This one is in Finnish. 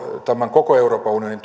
koko euroopan unionin